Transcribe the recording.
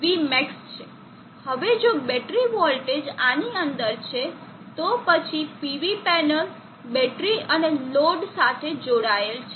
હવે જો battery voltage આની અંદર છે તો પછી PV પેનલ બેટરી અને લોડ સાથે જોડાયેલ છે